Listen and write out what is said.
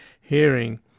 hearing